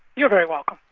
you're very welcome.